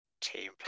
Team